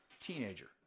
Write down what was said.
teenager